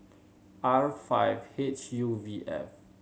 R five H U V F